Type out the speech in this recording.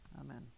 Amen